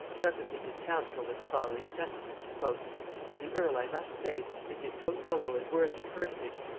prefacing his counsel with the following sentence of the earl i must say, that he is so noble and worthy a personage,